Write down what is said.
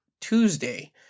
Tuesday